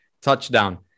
touchdown